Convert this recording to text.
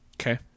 Okay